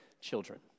children